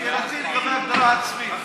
שאלתי לגבי הגדרה עצמית.